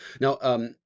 now